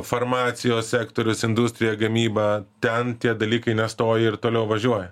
farmacijos sektoriaus industrija gamyba ten tie dalykai nestoja ir toliau važiuoja